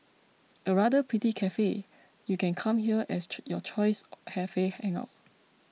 a rather pretty cafe you can come here as your choice cafe hangout